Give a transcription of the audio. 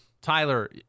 Tyler